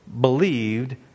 believed